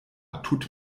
tut